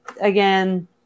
again